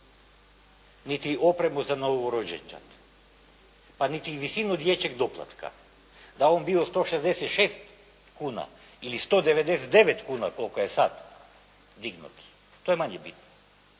Niti opremu za novorođenčad. Pa niti visinu dječjeg doplatka. Dal' on bio 166 kuna ili 199 kuna koliko je sad dignut to je manje bitno.